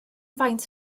faint